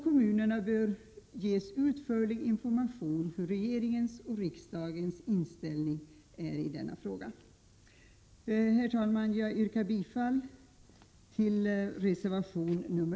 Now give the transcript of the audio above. Kommunerna bör ges utförlig information om hur regeringens och riksdagens inställning är i denna fråga. Herr talman! Jag yrkar bifall till reservation 3.